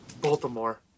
Baltimore